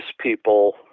people